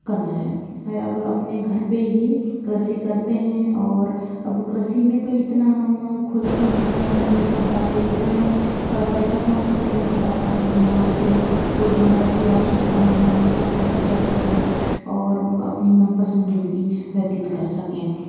करना है और अपने घर पर ही कृषि करते हैं और अब कृषि में तो इतना हम खुल के जीवन यापन नहीं कर पाते इतना पैसा तो हमको नहीं मिल पाता है कि हमारी जो रोज़मर्रा की आवश्यकता है हम उनको पूर्ति कर सकें और अपनी मनपसंद ज़िन्दगी व्यतीत कर सके